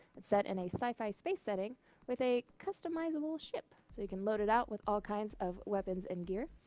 set in a sci-fi space setting with a customizable ship, so you can load it out with all kinds of weapons and gear.